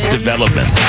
Development